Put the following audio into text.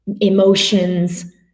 emotions